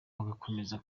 bagakomeza